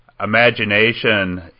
imagination